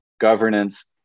governance